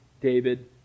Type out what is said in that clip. David